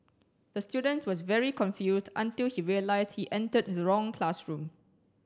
the student was very confused until he realised he entered the wrong classroom